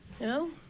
No